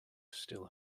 still